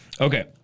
Okay